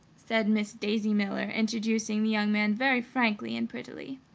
said miss daisy miller, introducing the young man very frankly and prettily.